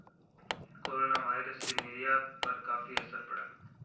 coronavirus से निर्यात पर काफी असर पड़ा